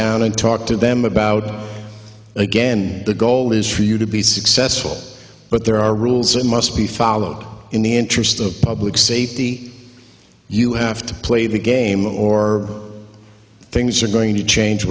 down and talk to them about again the goal is for you to be successful but there are rules that must be followed in the interest of public safety you have to play the game or things are going to change